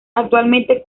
actualmente